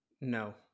No